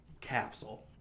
capsule